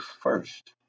first